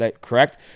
Correct